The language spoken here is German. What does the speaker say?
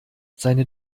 seine